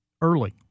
early